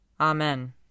Amen